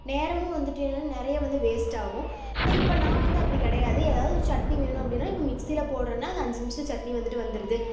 நேரமும் வந்துவிட்டு என்னன்னா நிறைய வந்து வேஸ்ட் ஆகும் ஆனால் இப்போ நான் வந்து அப்படி கிடையாது எதாவது ஒரு சட்னி வேணும் அப்படின்னா இப்போ மிக்சியில போடறேன்னா அது அஞ்சு நிமிஷத்தில் சட்னி வந்துவிட்டு வந்துருது